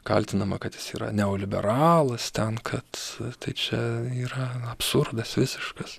kaltinama kad jis yra neoliberalas ten kad tai čia yra absurdas visiškas